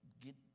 get